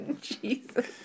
Jesus